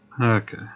Okay